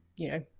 you know,